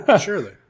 Surely